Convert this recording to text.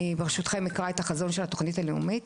אני ברשותכם אקרא את החזון של התוכנית הלאומית.